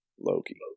Loki